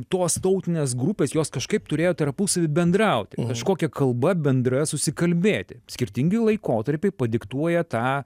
tos tautinės grupės jos kažkaip turėjo tarpusavy bendrauti kažkokia kalba bendra susikalbėti skirtingi laikotarpiai padiktuoja tą